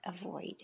avoid